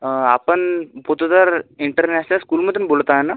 आपण पोतदार इंटरनॅशनल स्कूलमधून बोलत आहा ना